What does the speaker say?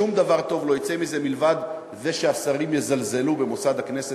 שום דבר טוב לא יצא מזה מלבד זה שהשרים יזלזלו במוסד הכנסת,